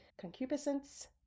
concupiscence